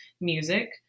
music